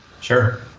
Sure